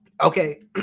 Okay